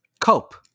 Cope